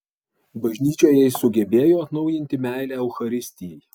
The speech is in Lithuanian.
bažnyčioje jis sugebėjo atnaujinti meilę eucharistijai